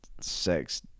sex